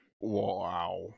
Wow